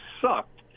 sucked